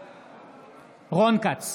בעד רון כץ,